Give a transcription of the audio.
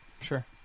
Sure